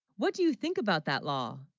what do you think, about that law.